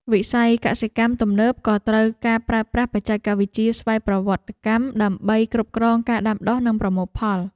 វិស័យកសិកម្មទំនើបក៏ត្រូវការប្រើប្រាស់បច្ចេកវិទ្យាស្វ័យប្រវត្តិកម្មដើម្បីគ្រប់គ្រងការដាំដុះនិងប្រមូលផល។